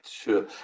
sure